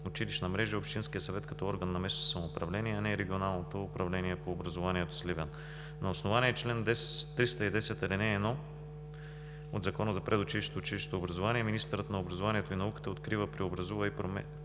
училищна мрежа е Общинският съвет като орган на местно самоуправление, а не Регионалното управление по образованието в Сливен. На основание чл. 310, ал. 1 от Закона за предучилищното и училищното образование министърът на образованието и науката открива, променя